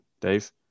Dave